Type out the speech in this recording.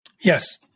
Yes